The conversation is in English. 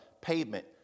pavement